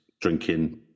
drinking